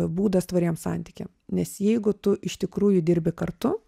būdas tvariem santykiam nes jeigu tu iš tikrųjų dirbi kartu